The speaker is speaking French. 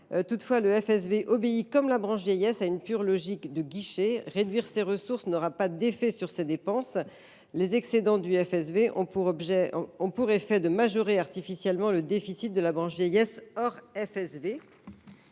Toutefois, le Fonds obéit, comme la branche vieillesse, à une pure logique de guichet : réduire ses ressources n’aura pas d’effet sur ses dépenses. Dans le même temps, les excédents dont nous parlons ont pour effet de majorer artificiellement le déficit de la branche vieillesse hors FSV.